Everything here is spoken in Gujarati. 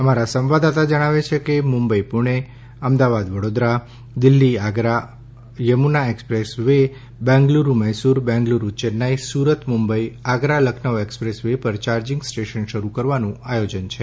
અમારા સંવાદદાતા જણાવે છે કે Mumbai Pune Ahmedabad Vadodara Delhi Agra Yamuna expressway Bengaluru Mysore Bengaluru Chennai Surat Mumbai Agra Lucknow expressway પર ચાર્જિંગ સ્ટેશન શરૂ કરવાનું આયોજન છે